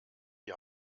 die